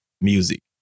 music